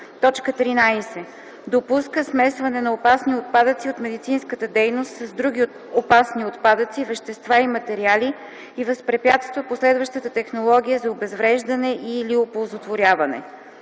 и 15: „13. допуска смесване на опасни отпадъци от медицинската дейност с други опасни отпадъци, вещества и материали и възпрепятства последващата технология за обезвреждане и/или оползотворяване;